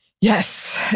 Yes